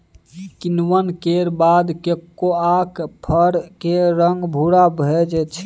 किण्वन केर बाद कोकोआक फर केर रंग भूरा भए जाइ छै